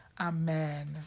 Amen